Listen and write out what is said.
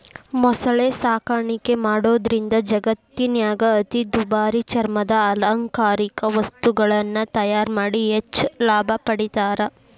ಮೊಸಳೆ ಸಾಕಾಣಿಕೆ ಮಾಡೋದ್ರಿಂದ ಜಗತ್ತಿನ್ಯಾಗ ಅತಿ ದುಬಾರಿ ಚರ್ಮದ ಅಲಂಕಾರಿಕ ವಸ್ತುಗಳನ್ನ ತಯಾರ್ ಮಾಡಿ ಹೆಚ್ಚ್ ಲಾಭ ಪಡಿತಾರ